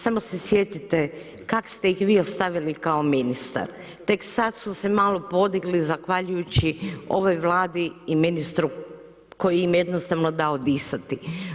Samo se sjetite kak ste ih vi ostavili kao ministar, tek sad su se malo podigli zahvaljujući ovoj Vladi i ministru koji im jednostavno dao disati.